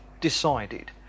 decided